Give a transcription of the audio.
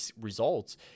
results